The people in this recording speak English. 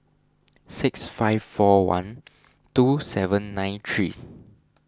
six five four one two seven nine three